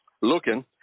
looking